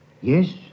yes